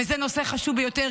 וזה נושא חשוב ביותר,